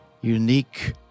unique